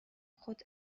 خود